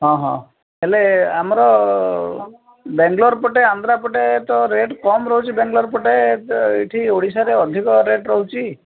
ହଁ ହଁ ହେଲେ ଆମର ବେଙ୍ଗାଲୋର ପଟେ ଆନ୍ଧ୍ରା ପଟେ ତ ରେଟ୍ କମ୍ ରହୁଛି ବେଙ୍ଗାଲୋର ପଟେ ଏଇଠି ଓଡ଼ିଶାରେ ଅଧିକ ରେଟ୍ ରହୁଛି